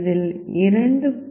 இதில் இரண்டு யூ